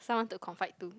someone to confide to